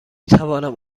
توانم